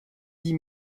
dix